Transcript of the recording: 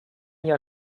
jahr